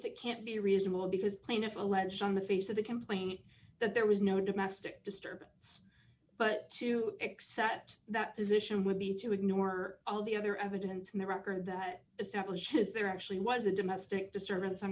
it can't be reasonable because plaintiff alleged on the face of the complaint that there was no domestic disturbance but to accept that position would be to ignore all the other evidence in the record that establishes there actually was a domestic disturbance